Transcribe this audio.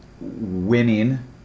winning